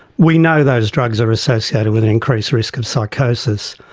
we know those drugs are associated with increased risk of psychosis.